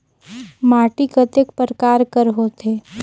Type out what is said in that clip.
माटी कतेक परकार कर होथे?